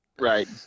Right